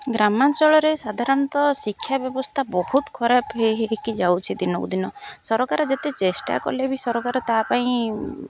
ଗ୍ରାମାଞ୍ଚଳରେ ସାଧାରଣତଃ ଶିକ୍ଷା ବ୍ୟବସ୍ଥା ବହୁତ ଖରାପ ହେଇ ହେଇକି ଯାଉଛି ଦିନକୁ ଦିନ ସରକାର ଯେତେ ଚେଷ୍ଟା କଲେ ବି ସରକାର ତା ପାଇଁ